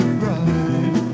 bright